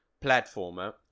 platformer